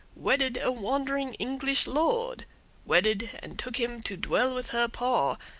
wedded a wandering english lord wedded and took him to dwell with her paw,